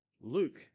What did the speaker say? Luke